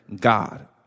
God